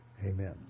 Amen